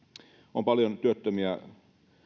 on paljon työttömiä